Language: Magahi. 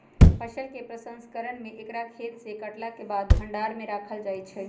फसल के प्रसंस्करण में एकरा खेतसे काटलाके बाद भण्डार में राखल जाइ छइ